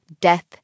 death